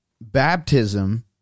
baptism